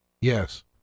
Yes